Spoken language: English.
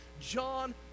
John